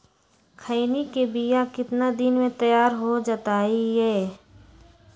खैनी के बिया कितना दिन मे तैयार हो जताइए?